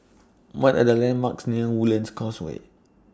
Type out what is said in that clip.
What Are The landmarks near Woodlands Causeway